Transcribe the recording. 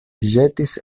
ĵetis